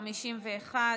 51,